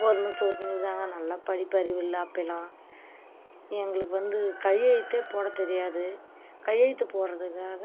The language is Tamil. கோதுமை சோறு கிண்டி கொடுத்தாங்க நல்ல படிப்பறிவு இல்லை அப்போலாம் எங்களுக்கு வந்து கையெழுத்தே போடத் தெரியாது கையெழுத்துப் போடுறதுக்காக